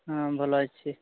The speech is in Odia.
ହଁ ଭଲ ଅଛି